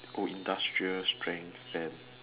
go industrial strength and